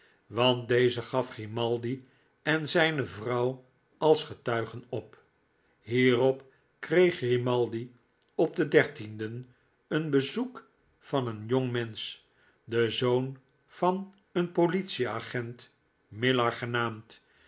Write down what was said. want deze gaf grimaldi en zijne vrouw als getuigen op hierop kreeg grimaldi op den dertienden een bezoek van een jongmensch den zoon van een politieagent millar genaamd